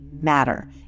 matter